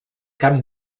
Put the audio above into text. cap